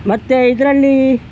ಮತ್ತು ಇದ್ರಲ್ಲಿ